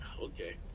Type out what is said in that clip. Okay